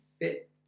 fit